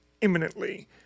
imminently